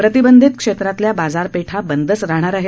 प्रतिबंधित क्षेत्रातल्या बाजारपेठा बंदच राहणार आहेत